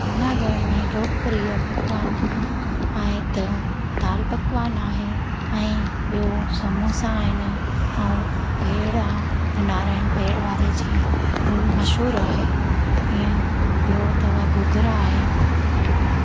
जूनागढ़ में लोकप्रिय पकवानु आहे त दाल पकवान आहे ऐं ॿियो समोसा आहिनि ऐं भेल आहे त नारायण भेल वारे जी फुल मशहूरु आहे ईअं ॿियो अथव ॻोॻरा आहे